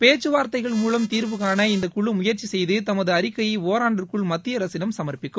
பேச்சுவார்த்தைகள் மூலம் தீர்வுகாண இந்த குழு முயற்சி செய்து தமது அறிக்கையை ஓராண்டிற்குள் மத்திய அரசிடம் சமர்ப்பிக்கும்